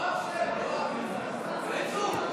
אני מודה לראש הממשלה יאיר לפיד.